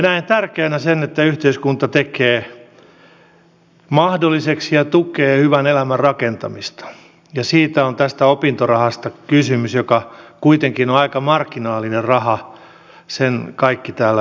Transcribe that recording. näen tärkeänä sen että yhteiskunta tekee mahdolliseksi ja tukee hyvän elämän rakentamista ja siitä on kysymys tässä opintorahassa joka kuitenkin on aika marginaalinen raha sen kaikki täällä ymmärtävät